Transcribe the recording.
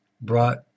brought